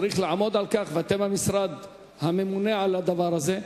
צריך לעמוד על כך, ואתם המשרד הממונה על הדבר הזה,